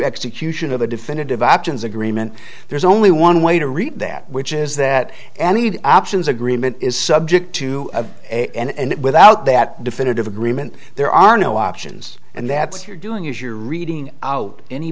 execution of a definitive actions agreement there's only one way to read that which is that any options agreement is subject to and without that definitive agreement there are no options and that's you're doing is you're reading out any